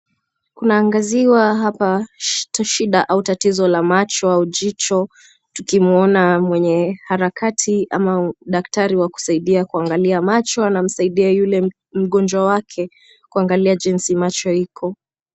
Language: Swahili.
Kunaangaziwa hapa shida au tatizo la macho au jicho tukimuona mwenye harakati ama daktari wa kusaidia kuangalia macho anamsaidia yule mgonjwa wake kuangalia jinsi macho iko.